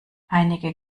einige